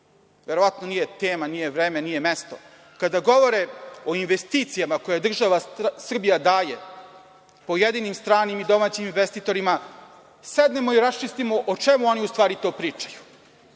verovatno nije tema, nije vreme, nije mesto, kada govorimo o investicijama koje država Srbija daje pojedinim stranim i domaćim investitorima, sednemo i raščistimo o čemu oni u stvari to pričaju,